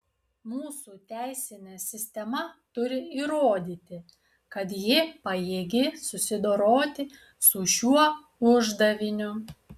mūsų teisinė sistema turi įrodyti kad ji pajėgi susidoroti su šiuo uždaviniu